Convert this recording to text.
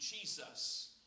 Jesus